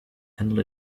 handled